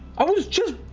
i was just